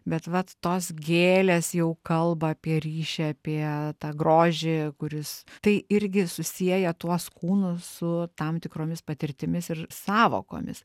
bet vat tos gėlės jau kalba apie ryšį apie tą grožį kuris tai irgi susieja tuos kūnus su tam tikromis patirtimis ir sąvokomis